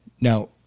Now